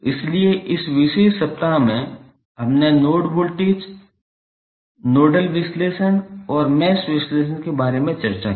इसलिए इस विशेष सप्ताह में हमने नोड वोल्टेज नोडल विश्लेषण और मैश विश्लेषण के बारे में चर्चा की